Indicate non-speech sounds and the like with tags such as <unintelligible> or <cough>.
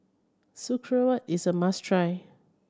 <unintelligible> is a must try